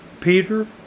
peter